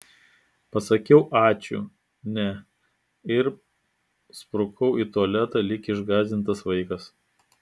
pasakiau ačiū ne ir sprukau į tualetą lyg išgąsdintas vaikas